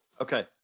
Okay